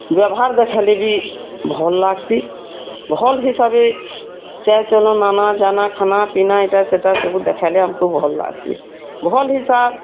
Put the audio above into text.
ବ୍ୟବହାର୍ ଦେଖାଲେ ଭି ଭଲ୍ ଲାଗ୍ସି ଭଲ୍ ହିସାବେ ଚାଏଲ୍ ଚଲ୍ନ ଆନା ଯାନା ଖାନା ପିନା ଏଇଟା ସେଇଟା ସବୁ ଦେଖାଲେ ଆମ୍କୁ ଭଲ୍ ଲାଗ୍ସି ଭଲ୍ ହିସାବ୍